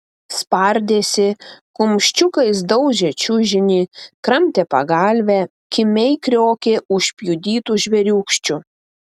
spardėsi kumščiukais daužė čiužinį kramtė pagalvę kimiai kriokė užpjudytu žvėriūkščiu